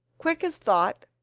quick as thought,